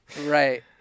right